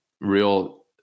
real